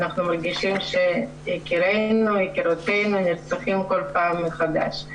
אנחנו מרגישים שיקירנו ויקירותינו נרצחים כל פעם מחדש.